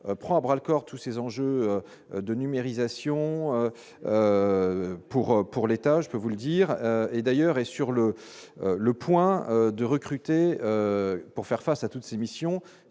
prend à bras le corps, tous ces enjeux de numérisation pour pour l'État, je peux vous le dire, et d'ailleurs, et sur le le point de recruter pour faire face à toutes ces missions